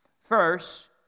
First